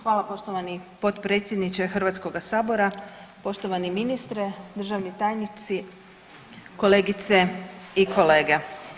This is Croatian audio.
Hvala poštovani potpredsjedniče Hrvatskoga sabora, poštovani ministre, državni tajnici, kolegice i kolege.